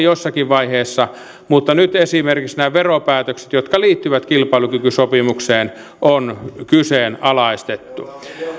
jossakin vaiheessa nyt esimerkiksi nämä veropäätökset jotka liittyvät kilpailukykysopimukseen on kyseenalaistettu